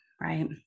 right